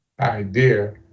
idea